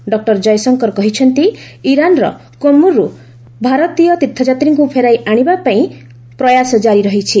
ଡଃ ଜୟଶଙ୍କର କହିଛନ୍ତି ଇରାନର କ୍ୱମ୍ରୁ ଭାରତୀୟ ତୀର୍ଥଯାତ୍ରୀଙ୍କୁ ଫେରାଇ ଆଣିବା ପାଇଁ ପ୍ରୟାସ ଜାରି ରହିଛି